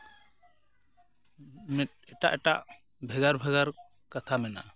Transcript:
ᱮᱴᱟᱜ ᱮᱴᱟᱜ ᱵᱷᱮᱜᱟᱨ ᱵᱷᱮᱜᱟᱨ ᱠᱟᱛᱷᱟ ᱢᱮᱱᱟᱜᱼᱟ